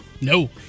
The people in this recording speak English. No